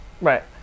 Right